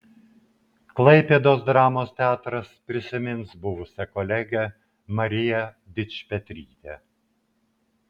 klaipėdos dramos teatras prisimins buvusią kolegę mariją dičpetrytę